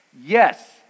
Yes